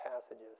passages